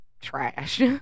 trash